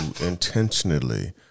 intentionally